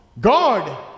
God